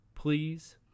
Please